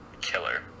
killer